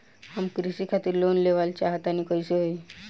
हम कृषि खातिर लोन लेवल चाहऽ तनि कइसे होई?